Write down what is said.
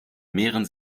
mehren